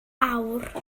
awr